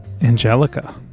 Angelica